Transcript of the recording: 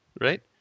Right